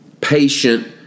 Patient